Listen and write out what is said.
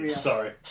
sorry